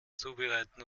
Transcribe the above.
zubereiten